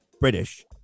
British